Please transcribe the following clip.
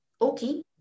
okay